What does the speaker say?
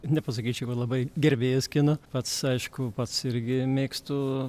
nepasakyčiau kad labai gerbėjas kino pats aišku pats irgi mėgstu